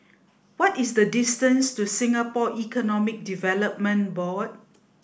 what is the distance to Singapore Economic Development Board